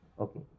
Okay